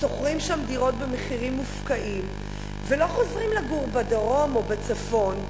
שוכרים שם דירות במחירים מופקעים ולא חוזרים לגור בדרום או בצפון.